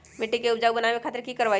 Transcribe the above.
मिट्टी के उपजाऊ बनावे खातिर की करवाई?